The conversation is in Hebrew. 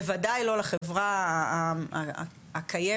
בוודאי לא לחברה הקיימת,